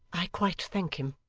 i quite thank him